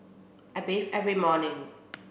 I bathe every morning